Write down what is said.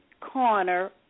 corner